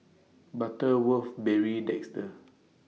Butterworth Barry Desker